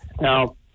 Now